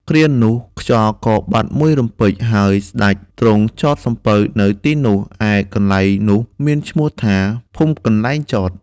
គ្រានោះខ្យល់ក៏បាត់មួយរំពេច ហើយស្តេចទ្រង់ចតសំពៅនៅទីនោះ ឯកន្លែងនោះមានឈ្មោះថា ភូមិកន្លែងចត។